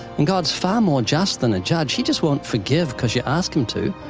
and god's far more just than a judge. he just won't forgive because you ask him to.